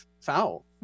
foul